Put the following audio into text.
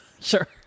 sure